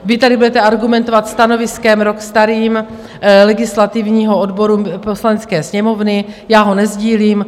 Vy tady budete argumentovat stanoviskem rok starým legislativního odboru Poslanecké sněmovny, já ho nesdílím.